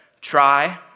try